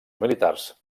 militars